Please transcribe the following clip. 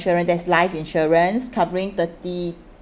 insurance that's life insurance covering thirty